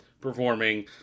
performing